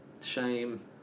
shame